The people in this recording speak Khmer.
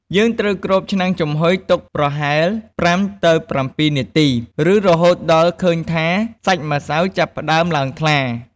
យើងត្រូវគ្របឆ្នាំងចំហុយទុកប្រហែល ៥ទៅ៧ នាទី ឬរហូតដល់ឃើញថាសាច់ម្សៅចាប់ផ្តើមឡើងថ្លា។